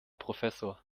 professor